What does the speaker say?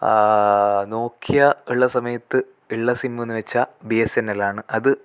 നോക്കിയാ ഉള്ള സമയത്ത് ഉള്ള സിമ്മെന്ന് വെച്ചാൽ ബീയെസ്സെന്നെലാണ് അത്